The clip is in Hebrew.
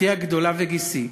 אחותי הגדולה וגיסי,